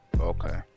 Okay